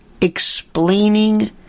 explaining